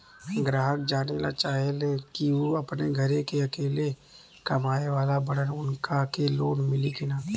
ग्राहक जानेला चाहे ले की ऊ अपने घरे के अकेले कमाये वाला बड़न उनका के लोन मिली कि न?